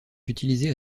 utilisées